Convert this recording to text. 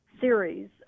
series